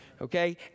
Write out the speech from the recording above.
Okay